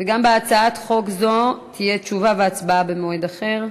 גם בהצעת חוק זו תהיה תשובה והצבעה במועד אחר.